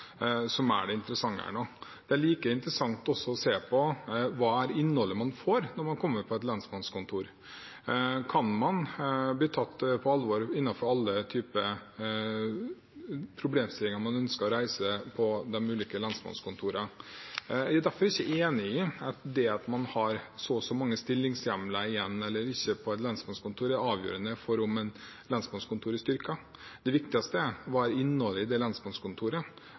som er det interessante. Det er like interessant å se på hvilket innhold man får når man kommer til et lensmannskontor. Kan man bli tatt på alvor innenfor alle typer problemstillinger man ønsker å reise, på de ulike lensmannskontorene? Jeg er ikke enig i at det at man har så og så mange stillingshjemler igjen eller ikke på et lensmannskontor, er avgjørende for om lensmannskontoret er styrket. Det viktigste er innholdet i lensmannskontoret